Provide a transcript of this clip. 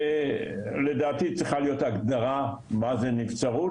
לדעתי צריכה להיות הגדרה מה זה נבצרות,